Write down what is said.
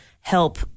help